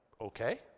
okay